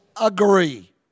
agree